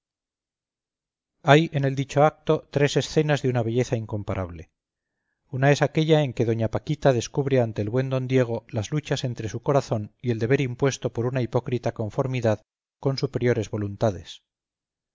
hay en el dicho acto tres escenas de una belleza incomparable una es aquella en que doña paquita descubre ante el buen d diego las luchas entre su corazón y el deber impuesto por una hipócrita conformidad con superiores voluntades